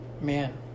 man